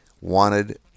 wanted